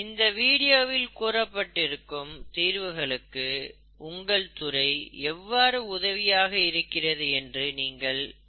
இந்த வீடியோவில் கூறப்பட்டிருக்கும் தீர்வுகளுக்கு உங்கள் துறை எவ்வாறு உதவியாக இருந்திருக்கிறது என்று நீங்கள் சிந்திக்க வேண்டும்